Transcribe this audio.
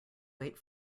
wait